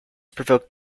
provoked